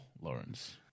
Lawrence